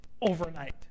overnight